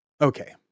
Okay